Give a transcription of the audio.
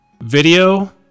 video